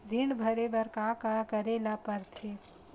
ऋण भरे बर का का करे ला परथे?